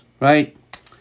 Right